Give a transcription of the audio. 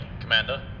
Commander